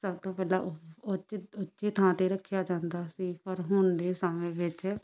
ਸਭ ਤੋਂ ਪਹਿਲਾਂ ਉ ਉੱਚ ਉੱਚੀ ਥਾਂ 'ਤੇ ਰੱਖਿਆ ਜਾਂਦਾ ਸੀ ਪਰ ਹੁਣ ਦੇ ਸਮੇਂ ਵਿੱਚ